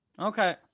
Okay